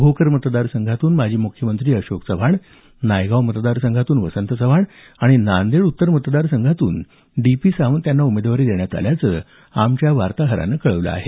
भोकर मतदारसंघातून माजी मुख्यमंत्री अशोक चव्हाण नायगांव मतदारसंघातून वसंत चव्हाण आणि नांदेड उतर मतदारसंघातून डी पी सावंत यांना उमेदवारी देण्यात आल्याचं आमच्या वार्ताहरानं कळवलं आहे